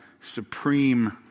supreme